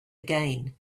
again